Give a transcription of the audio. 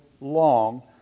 long